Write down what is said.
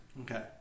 Okay